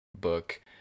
book